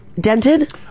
dented